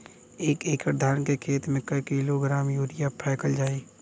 एक एकड़ धान के खेत में क किलोग्राम यूरिया फैकल जाई?